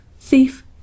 Thief